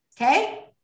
Okay